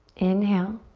inhale.